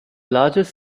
largest